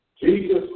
Jesus